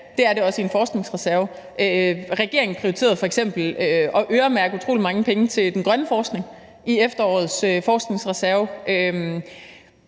der er der også i en forskningsreserve. Regeringen prioriterede f.eks. at øremærke utrolig mange penge til den grønne forskning i efterårets forskningsreserve.